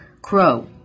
Crow